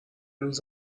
روز